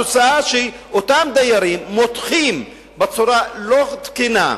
התוצאה היא שאותם דיירים מותחים בצורה ללא תקינה,